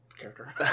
character